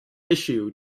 issue